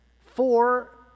four